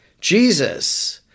Jesus